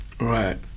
Right